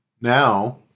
now